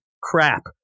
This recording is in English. crap